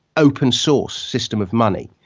open source system of money.